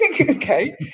Okay